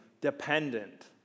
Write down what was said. dependent